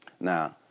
Now